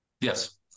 Yes